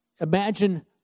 imagine